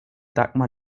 dagmar